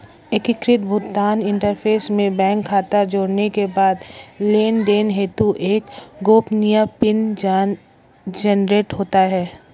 एकीकृत भुगतान इंटरफ़ेस में बैंक खाता जोड़ने के बाद लेनदेन हेतु एक गोपनीय पिन जनरेट होता है